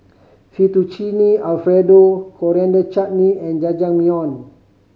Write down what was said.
Fettuccine Alfredo Coriander Chutney and Jajangmyeon